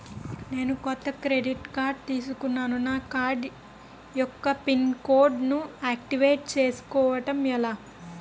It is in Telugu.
నేను కొత్తగా క్రెడిట్ కార్డ్ తిస్కున్నా నా కార్డ్ యెక్క పిన్ కోడ్ ను ఆక్టివేట్ చేసుకోవటం ఎలా?